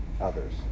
others